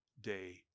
day